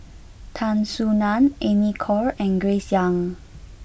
Tan Soo Nan Amy Khor and Grace Young